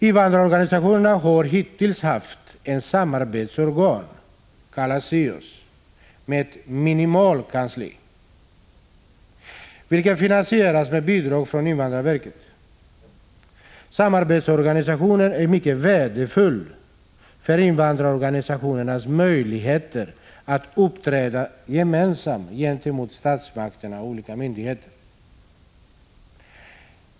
Invandrarorganisationerna har hittills haft ett samarbetsorgan kallat SIOS, med ett minimalt kansli, vilket finansierats med bidrag från invandrarverket. Samarbetsorganisationen är mycket värdefull för invandrarorganisationernas möjligheter att uppträda gemensamt gentemot statsmakterna och olika myndigheter.